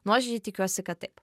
nuoširdžiai tikiuosi kad taip